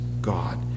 God